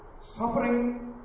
suffering